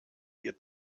ihr